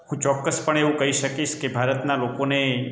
હું ચોક્કસ પણે એવું કહી શકીશ કે ભારતના લોકોને